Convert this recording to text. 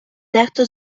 дехто